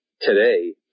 today